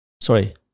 Sorry